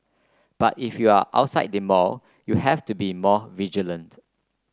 but if you are outside the mall you have to be more vigilant